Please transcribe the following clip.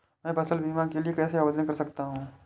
मैं फसल बीमा के लिए कैसे आवेदन कर सकता हूँ?